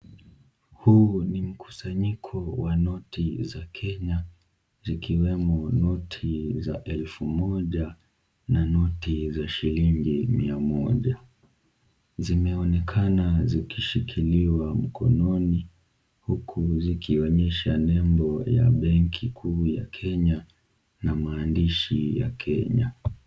Huu ni mkusanyiko wa noti za Kenya, zikiwemo noti za elfu moja, na noti za shillingi mia moja. Zimeonekana zikishikiliwa mkononi, huku zikionyesha nembo ya benki kuu ya Kenya na maandishi ya Kenya.